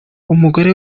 umugore